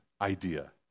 idea